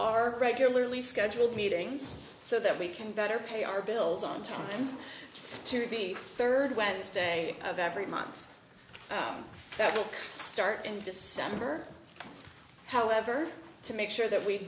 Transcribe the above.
our regularly scheduled meetings so that we can better pay our bills on time to the third wednesday of every month that will start in december however to make sure that we